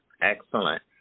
Excellent